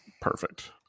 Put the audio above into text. Perfect